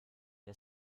der